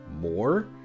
more